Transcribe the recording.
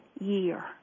year